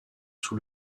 sous